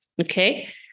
okay